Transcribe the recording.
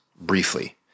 briefly